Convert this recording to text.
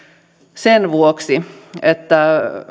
sen vuoksi että